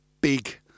big